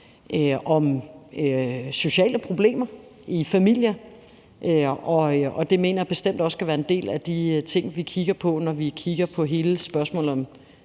om sociale problemer i familier, og det mener jeg bestemt også skal være en del af de ting, vi kigger på, når vi kigger på hele spørgsmålet om